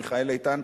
מיכאל איתן?